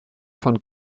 von